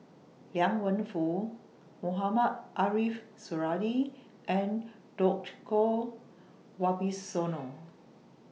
Liang Wenfu Mohamed Ariff Suradi and Djoko Wibisono